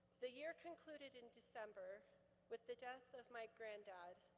the year concluded in december with the death of my granddad,